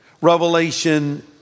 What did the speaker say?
Revelation